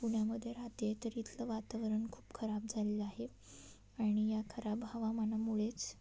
पुण्यामध्ये राहते आहे तर इथलं वातावरण खूप खराब झालेलं आहे आणि या खराब हवामानामुळेच